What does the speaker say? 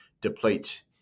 deplete